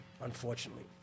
unfortunately